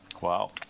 Wow